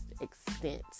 extent